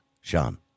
Sean